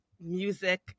music